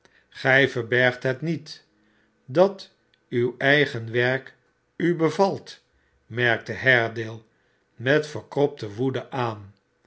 gij verbergt het niet dat uw eigen werk u beyalt merkte haredale met verkropte woede aan